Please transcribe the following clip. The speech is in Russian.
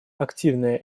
активное